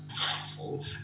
powerful